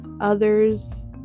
others